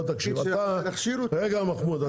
מחמוד,